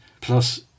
plus